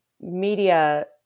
media